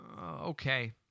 Okay